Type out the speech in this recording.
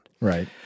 Right